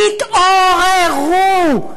תתעוררו.